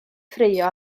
ffraeo